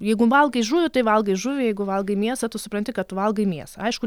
jeigu valgai žuvį tai valgai žuvį jeigu valgai mėsą tu supranti kad tu valgai mėsą aišku